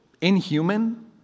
inhuman